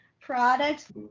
product